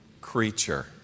creature